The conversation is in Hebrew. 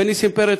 ונסים פרץ,